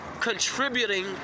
contributing